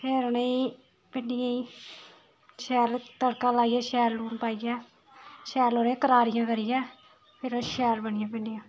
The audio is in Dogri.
फिर उ'नेंगी भिंडियें गी शैल तड़का लाइयै शैल लून पाइयै शैल उ'नेंगी करारियां करियै फिर ओह् शैल बनियां भिंडिया